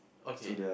okay